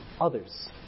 others